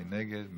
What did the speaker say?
מי נגד?